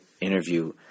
interview